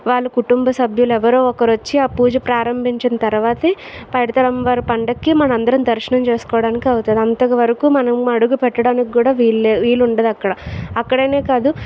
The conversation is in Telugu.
వాళ్ళు కుటుంబ సభ్యులు ఎవరో ఒకరు వచ్చి ఆ పూజ ప్రారంభించిన తర్వాతే పైడితల్లి అమ్మవారి పండక్కి మనందరం దర్శనం చేసుకోవడానికి అవుతుంది అంతవరకు మనం అడుగు పెట్టడానికి కూడా వీలు లెదు వీలు ఉండదు అక్కడ అక్కడనే కాదు